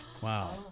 wow